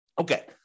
Okay